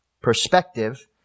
perspective